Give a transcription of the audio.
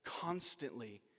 constantly